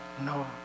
no